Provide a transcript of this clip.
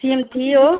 SIM थी वो